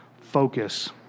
focus